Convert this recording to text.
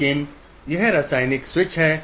इसलिए यह एक रासायनिक स्विच है